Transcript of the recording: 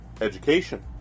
education